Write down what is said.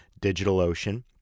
DigitalOcean